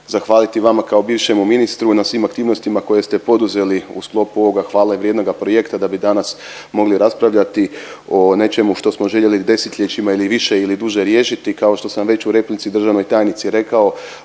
zahvaliti vama kao bivšemu ministru na svim aktivnostima koje ste poduzeli u sklopu ovoga hvale vrijednoga projekta da bi danas mogli raspravljati o nečemu što smo željeli desetljećima ili više ili duže riješiti. Kako što sam već u replici državnoj tajnici rekao